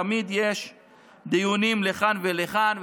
תמיד יש דיונים לכאן ולכאן,